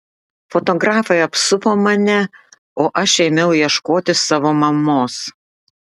fotografai apsupo mane o aš ėmiau ieškoti savo mamos